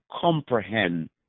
comprehend